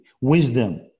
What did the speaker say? wisdom